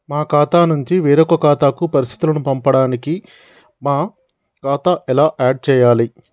మా ఖాతా నుంచి వేరొక ఖాతాకు పరిస్థితులను పంపడానికి మా ఖాతా ఎలా ఆడ్ చేయాలి?